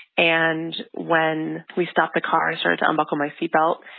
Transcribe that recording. and when we stopped the car, i started to unbuckle my seat belt.